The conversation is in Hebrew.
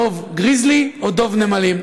דב גריזלי או דב נמלים,